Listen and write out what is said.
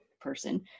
person